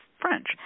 French